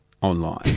online